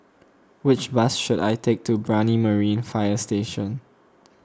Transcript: which bus should I take to Brani Marine Fire Station